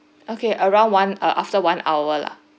okay around one err after one hour lah